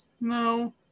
No